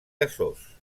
gasós